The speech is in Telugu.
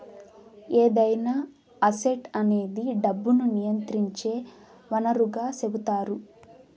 ఏదైనా అసెట్ అనేది డబ్బును నియంత్రించే వనరుగా సెపుతారు